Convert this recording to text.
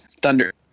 thunder